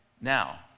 now